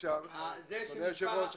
אדוני היושב-ראש,